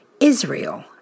Israel